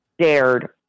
dared